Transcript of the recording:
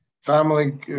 Family